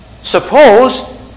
Suppose